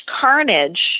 carnage